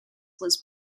was